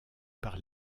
par